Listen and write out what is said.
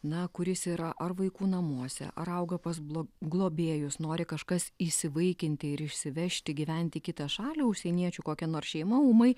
na kuris yra ar vaikų namuose ar augo pas blo globėjus nori kažkas įsivaikinti ir išsivežti gyventi į kitą šalį užsieniečių kokia nors šeima ūmai